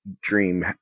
dream